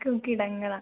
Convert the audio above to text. കിടങ്ങള